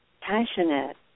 passionate